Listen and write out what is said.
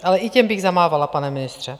Ale i těm bych zamávala, pane ministře.